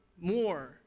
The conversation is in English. more